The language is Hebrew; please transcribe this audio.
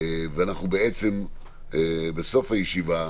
ובסוף הישיבה,